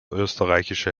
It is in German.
österreichische